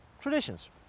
Traditions